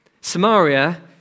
Samaria